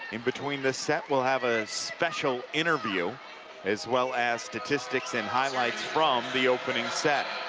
in between the set we'll have a special interview as well as statistics and highlights from the opening set.